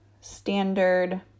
standard